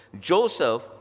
Joseph